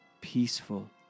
peaceful